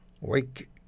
Wake